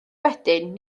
wedyn